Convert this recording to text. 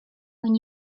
when